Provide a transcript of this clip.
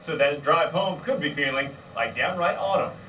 that drive home could be feeling like downright autumn.